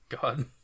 god